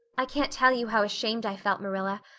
i can't tell you how ashamed i felt, marilla,